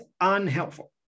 unhelpful